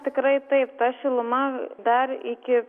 tikrai taip ta šiluma dar iki